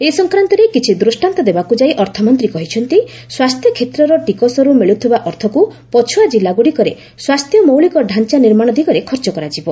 ଏ ସଂକ୍ରାନ୍ତରେ କିଛି ଦୂଷ୍କାନ୍ତ ଦେବାକୁ ଯାଇ ଅର୍ଥମନ୍ତୀ କହିଛନ୍ତି ସ୍ୱାସ୍ଥ୍ୟ କ୍ଷେତ୍ରର ଟିକସରୁ ମିଳୁଥିବା ଅର୍ଥକୁ ପଛୁଆ ଜିଲ୍ଲାଗୁଡ଼ିକରେ ସ୍ୱାସ୍ଥ୍ୟ ମୌଳିକ ଡ଼ାଞ୍ଚା ନିର୍ମାଣ ଦିଗରେ ଖର୍ଚ୍ଚ କରାଯିବ